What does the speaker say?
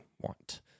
want